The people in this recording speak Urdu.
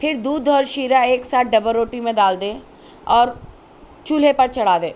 پھر دودھ اور شیرہ ایک ساتھ ڈبل روٹی میں ڈال دیں اور چولہے پر چڑھا دیں